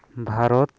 Bharat